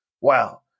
Wow